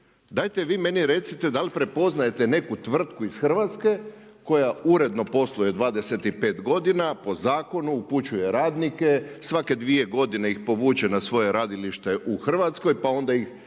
dajte vi meni recite da li prepoznajete neku tvrtku iz Hrvatske koja uredno posluje 25 godina, po zakonu, upućuje radnike, svake dvije godine ih povuče na svoje radilište u Hrvatskoj, pa onda ih